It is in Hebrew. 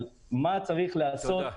מה צריך להיעשות,